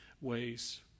ways